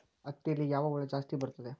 ಹತ್ತಿಯಲ್ಲಿ ಯಾವ ಹುಳ ಜಾಸ್ತಿ ಬರುತ್ತದೆ?